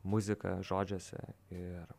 muziką žodžiuose ir